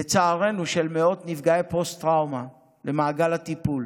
לצערנו, של מאות נפגעי פוסט-טראומה למעגל הטיפול.